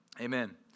Amen